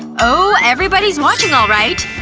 oh, everybody's watching all right.